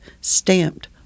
stamped